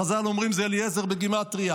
חז"ל אומרים זה אליעזר בגימטרייה.